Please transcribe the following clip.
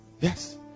Yes